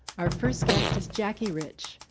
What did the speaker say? our first guest is jackie rich,